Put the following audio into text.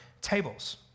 tables